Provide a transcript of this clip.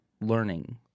learning